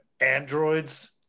androids